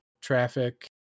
traffic